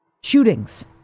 shootings